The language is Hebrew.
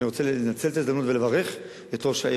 אני רוצה לנצל את ההזדמנות ולברך את ראש העיר